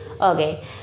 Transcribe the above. Okay